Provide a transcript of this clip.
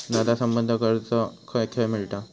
दादा, संबंद्ध कर्ज खंय खंय मिळता